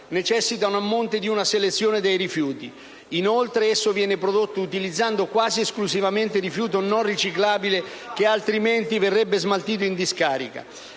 necessitano a monte di una selezione dei rifiuti. Inoltre, esso viene prodotto utilizzando quasi esclusivamente rifiuto non riciclabile che altrimenti verrebbe smaltito in discarica.